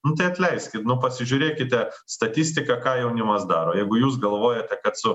nu atleiskit nu pasižiūrėkite statistiką ką jaunimas daro jeigu jūs galvojate kad su